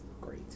Great